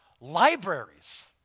libraries